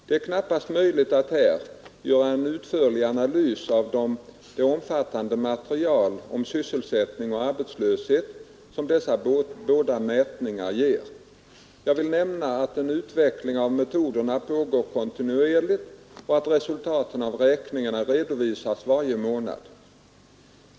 Det är knappast möjligt att här göra en utförlig analys av det omfattande material om sysselsättning och arbetslöshet som dessa båda mätningar ger. Jag vill nämna att en utveckling av metoderna pågår kontinuerligt och att resultaten av räkningarna redovisas varje månad.